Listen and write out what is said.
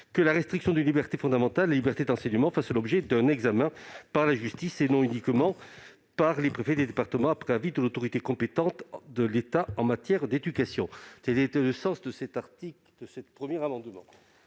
que la restriction d'une liberté fondamentale, la liberté d'enseignement, fasse l'objet d'un examen par la justice, et non uniquement par les préfets des départements après avis de l'autorité compétente de l'État en matière d'éducation. L'amendement n° 5 rectifié, présenté